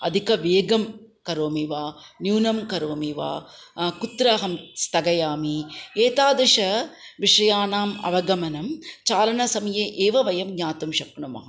अधिकवेगं करोमि वा न्यूनं करोमि वा कुत्र अहं स्थगयामि एतादृश विषयानाम् अवगमनं चालनसमये एव वयं ज्ञातुं शक्नुमः